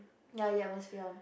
ya you atmosphere